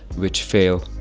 which fail.